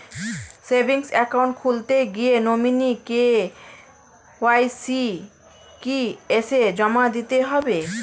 Savings account খুলতে গিয়ে nominee KYC কি এসে জমা দিতে হবে?